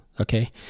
okay